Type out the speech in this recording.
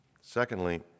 Secondly